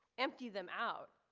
empty them out.